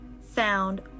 found